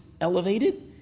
elevated